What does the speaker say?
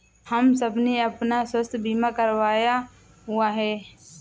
हम सबने अपना स्वास्थ्य बीमा करवाया हुआ है